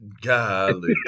Golly